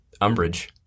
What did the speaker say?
umbrage